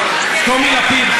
טומי לפיד,